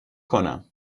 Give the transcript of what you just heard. کنم